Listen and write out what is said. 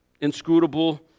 inscrutable